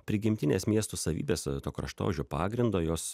prigimtinės miestų savybės to kraštovaizdžio pagrindo jos